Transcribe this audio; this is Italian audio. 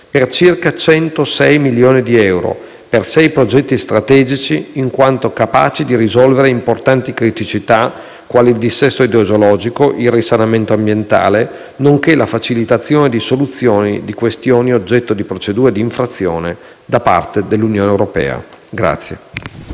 per circa 106 milioni di euro, per sei progetti strategici, in quanto capaci di risolvere importanti criticità quali il dissesto idrogeologico, il risanamento ambientale, nonché la facilitazione di soluzioni di questioni oggetto di procedure di infrazione da parte dell'Unione europea.